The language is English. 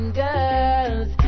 girls